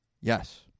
Yes